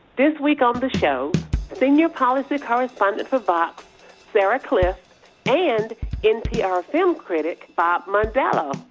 this week on this show senior policy correspondent for vox sarah kliff and npr film critic bob mondello.